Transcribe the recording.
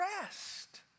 rest